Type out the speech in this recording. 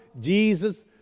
Jesus